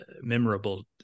memorable